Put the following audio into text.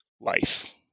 life